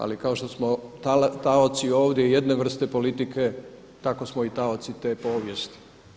Ali kao što smo taoci ovdje i jedne vrste politike, tako smo i taoci te povijesti.